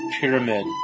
pyramid